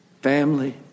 Family